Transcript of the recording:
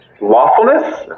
lawfulness